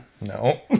No